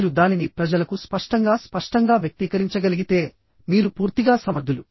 మీరు దానిని ప్రజలకు స్పష్టంగా స్పష్టంగా వ్యక్తీకరించగలిగితే మీరు పూర్తిగా సమర్థులు